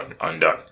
undone